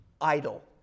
idle